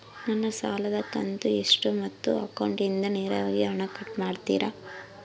ನನ್ನ ಸಾಲದ ಕಂತು ಎಷ್ಟು ಮತ್ತು ಅಕೌಂಟಿಂದ ನೇರವಾಗಿ ಹಣ ಕಟ್ ಮಾಡ್ತಿರಾ?